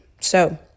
So-